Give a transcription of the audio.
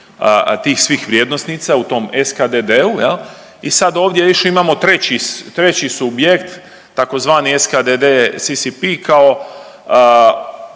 tih svih vrijednosnica u tom SKDD-u i sad ovdje još imamo treći subjekt tzv. SKDD-CCP kao